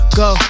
go